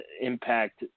impact